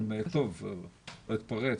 אתפרץ.